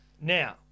Now